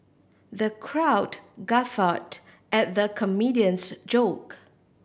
the crowd guffawed at the comedian's joke